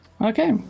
Okay